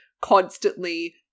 constantly